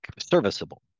serviceable